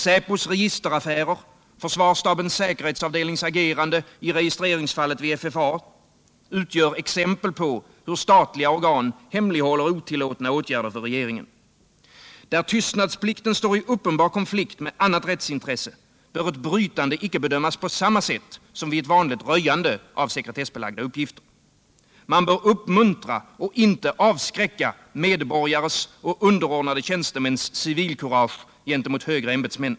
Säpos registeraffärer och försvarsstabens säkerhetsavdelnings agerande i registreringsfallet vid FFA utgör exempel på hur statliga organ hemlighåller otillåtna åtgärder för regeringen. Där tystnadsplikten står i uppenbar konflikt med annat rättsintresse bör ett brytande icke bedömas på samma sätt som vid ett vanligt röjande av sekretessbelagda uppgifter. Man bör uppmuntra, icke avskräcka medborgares och underordnade tjänstemäns civilkurage gentemot högre ämbetsmän.